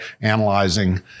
analyzing